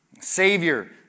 Savior